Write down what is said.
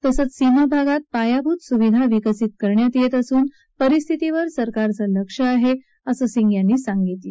तसंच सीमा भागात पायाभूत सुविधा विकसित करण्यात येत असून परिस्थितीवर सरकारचं लक्ष आहे असं सिंग म्हणाले